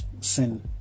sin